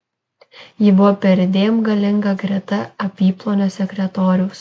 ji buvo perdėm galinga greta apyplonio sekretoriaus